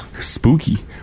Spooky